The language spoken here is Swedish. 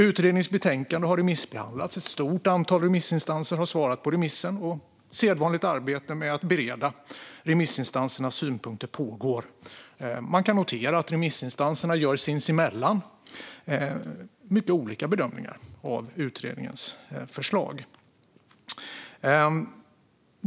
Utredningens betänkande har remissbehandlats. Ett stort antal remissinstanser har svarat på remissen, och sedvanligt arbete med att bereda remissinstansernas synpunkter pågår. Man kan notera att remissinstanserna gör sinsemellan mycket olika bedömningar av utredningens förslag.